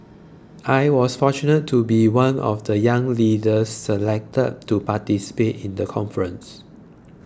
I was fortunate to be one of the young leaders selected to participate in the conference